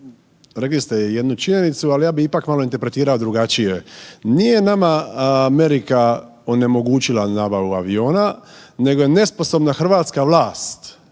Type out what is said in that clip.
rekli ste jednu činjenicu, ali ja bih ipak malo interpretirao drugačije. Nije nama Amerika onemogućila nabavu aviona nego je nesposobna hrvatska vlast,